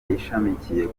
ishamikiye